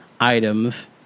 items